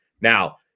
Now